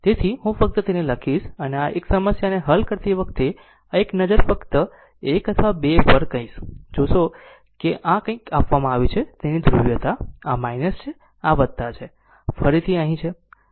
તેથી હું ફક્ત તેને લખીશ અને આ એક સમસ્યાને હલ કરતી વખતે આ એક નજર ફક્ત 1 અથવા 2 જગ્યા પર કહીશ જોશે કે જે કંઇ આપવામાં આવે છે તેની ધ્રુવીયતા તે છે આ છે અને ફરી અહીં તે અહીં છે